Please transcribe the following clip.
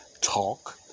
talk